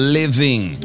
living